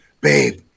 Babe